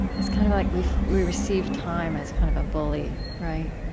it's kind of like we we receive time as kind of a bully, right?